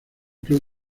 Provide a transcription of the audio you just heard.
club